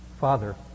Father